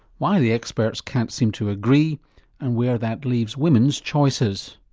why the experts can't seem to agree and where that leaves women's choices.